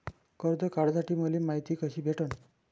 कर्ज काढासाठी मले मायती कशी भेटन?